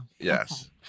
Yes